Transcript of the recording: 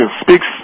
speaks